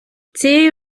цією